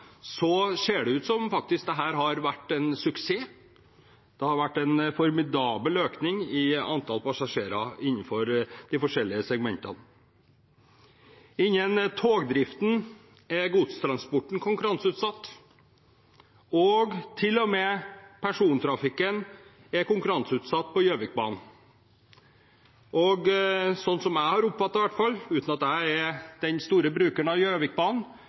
ser det ut som om dette har vært en suksess. Det har vært en formidabel økning i antall passasjerer innenfor de forskjellige segmentene. Innen togdriften er godstransporten konkurranseutsatt, og til og med persontrafikken er konkurranseutsatt på Gjøvikbanen. Slik jeg har oppfattet det, uten at jeg er den store brukeren av Gjøvikbanen,